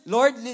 Lord